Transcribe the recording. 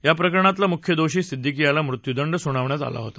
या प्रकरणातला मुख्य दोषी सिद्दीकी याला मृत्युदंड सुनावण्यात आला होता